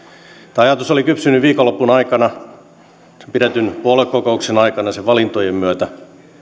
tämä ajatus oli kypsynyt viikonlopun aikana pidetyn puoluekokouksen aikana sen valintojen myötä